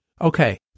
Okay